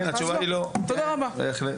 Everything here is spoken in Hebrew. התשובה היא לא, בהחלט.